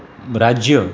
રાજ્ય